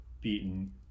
beaten